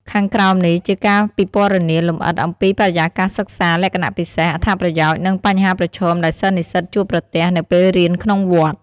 ខាងក្រោមនេះជាការពិពណ៌នាលម្អិតអំពីបរិយាកាសសិក្សា លក្ខណៈពិសេស អត្ថប្រយោជន៍ និងបញ្ហាប្រឈមដែលសិស្សនិស្សិតជួបប្រទះនៅពេលរៀនក្នុងវត្ត។